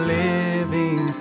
living